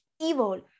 evil